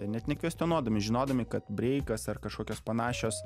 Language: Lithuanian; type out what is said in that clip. net nekvestionuodami žinodami kad breikas ar kažkokios panašios